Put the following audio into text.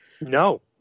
No